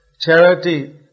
charity